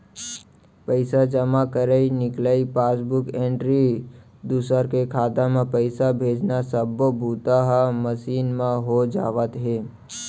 पइसा जमा करई, निकलई, पासबूक एंटरी, दूसर के खाता म पइसा भेजना सब्बो बूता ह मसीन म हो जावत हे